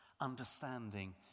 understanding